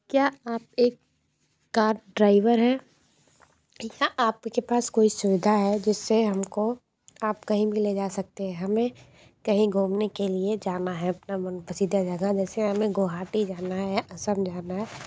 क्या आप एक कार ड्राइवर हैं या आप के पास कोई सुविधा है जिससे हम को आप कहीं भी ले जा सकते हमें कहीं घूमने के लिए जाना है अपना मनपसंदीद जगह वैसे हमें गोहाटी जाना है असम जाना है